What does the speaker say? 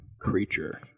Creature